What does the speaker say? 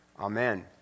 Amen